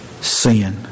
sin